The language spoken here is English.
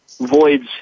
voids